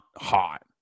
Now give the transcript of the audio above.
hot